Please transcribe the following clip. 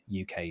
uk